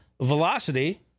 Velocity